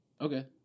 Okay